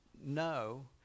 no